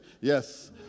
yes